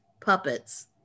puppets